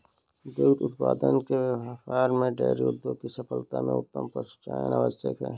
दुग्ध उत्पादन के व्यापार में डेयरी उद्योग की सफलता में उत्तम पशुचयन आवश्यक है